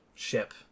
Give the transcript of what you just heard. ship